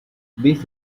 beef